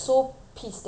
he ask me